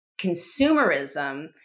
consumerism